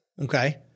Okay